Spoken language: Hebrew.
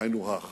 היינו הך.